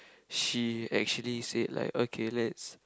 she actually said like okay let's